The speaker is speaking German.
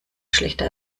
schlechter